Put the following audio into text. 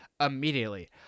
immediately